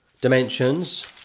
dimensions